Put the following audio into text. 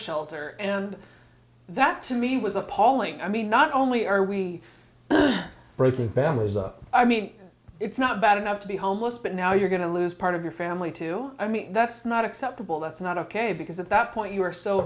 shelter and that to me was appalling i mean not only are we broken families i mean it's not bad enough to be homeless but now you're going to lose part of your family too i mean that's not acceptable that's not ok because at that point you are so